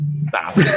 stop